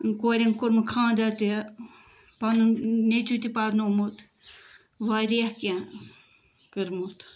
کورٮ۪ن کوٚرمُت کھاندر تہِ پَنُن نیٚچوٗ تہِ پرنومُت واریاہ کیٚنٛہہ کوٚرمُت